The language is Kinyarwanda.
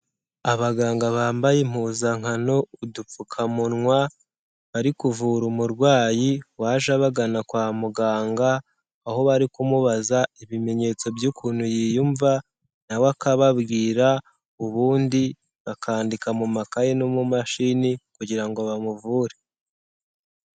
Abaganga bambaye impuzankano, udupfukamunwa, bari kuvura umurwayi waje abagana kwa muganga, aho bari kumubaza ibimenyetso by'ukuntu yiyumva, na we akababwira, ubundi bakandika mu makaye no mu mashini kugira ngo bamuvure.